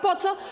Po co?